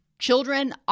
Children